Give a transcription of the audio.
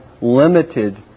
limited